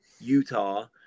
Utah